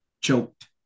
Choked